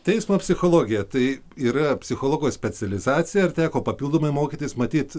teismo psichologija tai yra psichologo specializacija ar teko papildomai mokytis matyt